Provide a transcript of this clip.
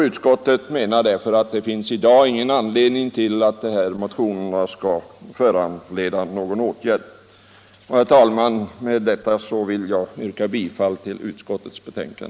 Utskottet menar därför att motionerna i dag inte bör föranleda någon åtgärd. Herr talman! Med detta ber jag att få yrka bifall till utskottets hemställan.